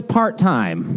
part-time